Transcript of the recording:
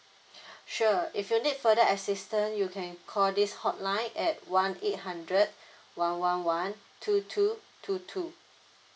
sure if you need further assistance you can call this hotline at one eight hundred one one one two two two two